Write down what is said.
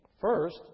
First